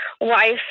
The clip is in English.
wife